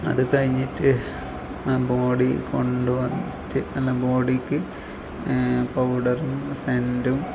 അതുകഴിഞ്ഞിട്ട് ആ ബോഡി കൊണ്ട് വന്നിട്ട് അല്ല ബോഡിക്ക് പൗഡറും സെൻറ്റും